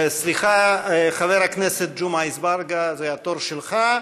סליחה, חבר הכנסת ג'מעה אזברגה, זה התור שלך.